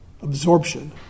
absorption